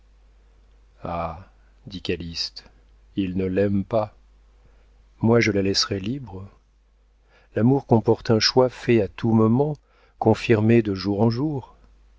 dit calyste il ne l'aime pas moi je la laisserais libre l'amour comporte un choix fait à tout moment confirmé de jour en jour